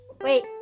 Wait